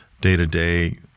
day-to-day